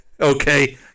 Okay